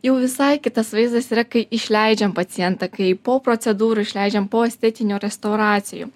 jau visai kitas vaizdas yra kai išleidžiam pacientą kai po procedūrų išleidžiam po estetinių restauracijų